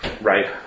Right